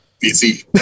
busy